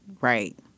right